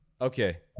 Okay